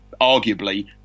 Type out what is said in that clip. arguably